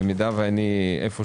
אם אני לא מדייק,